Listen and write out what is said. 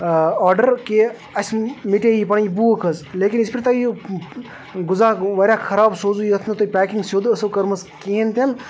order کہِ اَسہِ مِٹے یہِ پَنٕنۍ بھوٗک حظ لیکن یِتھ پٲٹھۍ تۄہہِ یہِ غذا واریاہ خراب سوٗزوٗ یَتھ نہٕ تۄہہِ پیکِنٛگ سیوٚد ٲسٕو کٔرمٕژ کِہیٖنۍ تہِ نہٕ